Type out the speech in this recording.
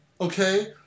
okay